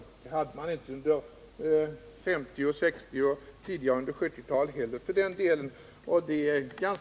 Det hade man inte under 1950 och 1960-talen heller, och inte tidigare under 1970-talet heller för den delen.